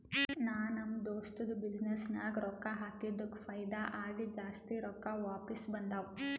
ನಾ ನಮ್ ದೋಸ್ತದು ಬಿಸಿನ್ನೆಸ್ ನಾಗ್ ರೊಕ್ಕಾ ಹಾಕಿದ್ದುಕ್ ಫೈದಾ ಆಗಿ ಜಾಸ್ತಿ ರೊಕ್ಕಾ ವಾಪಿಸ್ ಬಂದಾವ್